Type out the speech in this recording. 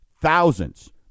thousands